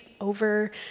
over